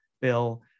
bill